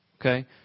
Okay